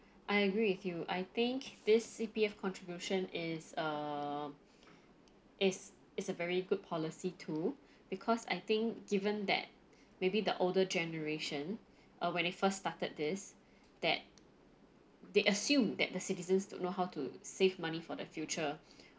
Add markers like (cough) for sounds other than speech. I agree with you I think this C_P_F contribution is err is is a very good policy too because I think given that maybe the older generation or when it first started this that they assumed that the citizens don't know how to save money for the future (breath)